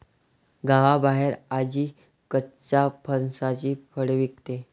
गावाबाहेर आजी कच्च्या फणसाची फळे विकते